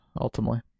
ultimately